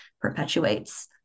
perpetuates